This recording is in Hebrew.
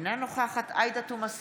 אינה נוכחת עאידה תומא סלימאן,